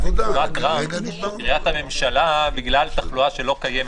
גבעת רם או קריית הממשלה בגלל תחלואה שלא קיימת.